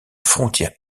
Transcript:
frontière